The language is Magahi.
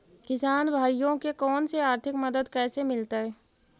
किसान भाइयोके कोन से आर्थिक मदत कैसे मीलतय?